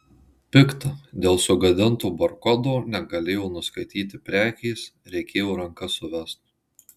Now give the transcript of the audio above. pikta dėl sugadinto barkodo negalėjo nuskaityti prekės reikėjo ranka suvest